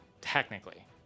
Technically